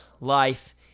life